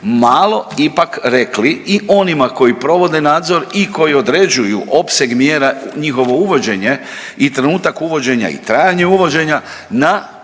malo ipak rekli i onima koji provode nadzor i koji određuju opseg mjera njihovo uvođenje i trenutak uvođenja i trajanje uvođenja na